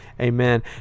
Amen